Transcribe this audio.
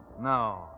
No